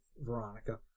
Veronica